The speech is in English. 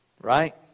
right